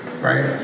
right